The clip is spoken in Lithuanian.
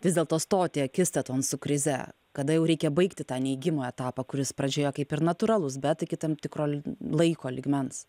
vis dėlto stoti akistaton su krize kada jau reikia baigti tą neigimo etapą kuris pradžioje kaip ir natūralus bet iki tam tikro laiko lygmens